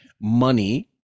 money